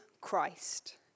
Christ